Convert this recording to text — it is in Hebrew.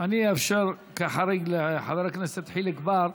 אני אאפשר כחריג לחבר הכנסת חיליק בר,